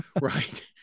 right